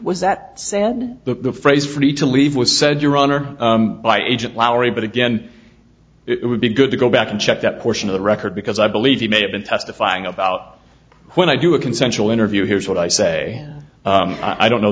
was that said the phrase free to leave was said your honor by agent lowery but again it would be good to go back and check that portion of the record because i believe he may have been testifying about when i do a consensual interview here's what i say i don't know